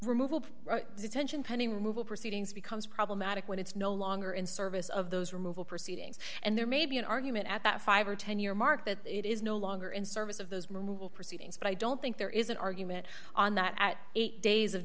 of detention pending removal proceedings becomes problematic when it's no longer in service of those removal proceedings and there may be an argument at that five or ten year mark that it is no longer in service of those memorable proceedings but i don't think there is an argument on that at eight days of